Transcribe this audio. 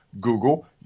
Google